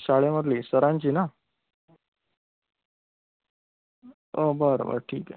शाळेमधली सरांची ना हो बरं बरं ठीक आहे